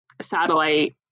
satellite